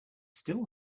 still